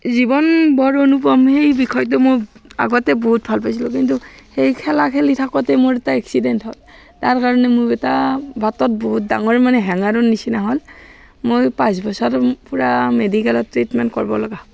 জীৱন বৰ অনুপম সেই বিষয়টো মোক আগতে বহুত ভাল পাইছিলোঁ কিন্তু সেই খেলা খেলি থাকোঁতে মোৰ এটা এক্সিডেণ্ট হ'ল তাৰ কাৰণে মোৰ এটা বাটত বহুত ডাঙৰ মানে হেঙাৰৰ নিচিনা হ'ল মই পাঁচ বছৰ পুৰা মেডিকেলত ট্ৰেটমেণ্ট কৰিব লগা হ'ল